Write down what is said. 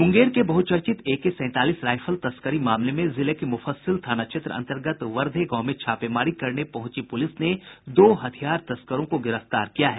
मुंगेर के बहुचर्चित एके सैंतालीस राइफल तस्करी मामले में जिले के मुफस्सिल थाना क्षेत्र अंतर्गत वरधे गांव में छापेमारी करने पहुंची पुलिस ने दो हथियार तस्करों को गिरफ्तार किया है